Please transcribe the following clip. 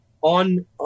On